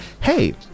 Hey